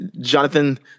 Jonathan